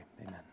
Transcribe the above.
amen